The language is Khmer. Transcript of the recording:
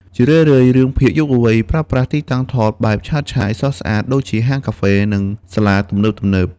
ជារឿយៗ រឿងភាគយុវវ័យប្រើប្រាស់ ទីតាំងថតបែបឆើតឆាយ ស្រស់ស្អាតដូចជាហាងកាហ្វេ និងសាលាទំនើបៗ។